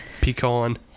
pecan